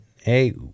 hey